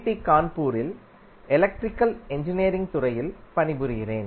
D கான்பூரில் electrical engineering துறையில் பணிபுரிகிறேன்